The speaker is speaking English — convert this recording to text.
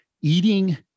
eating